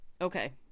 okay